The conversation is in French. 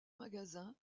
magasin